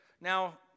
now